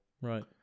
right